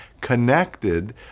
connected